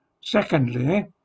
Secondly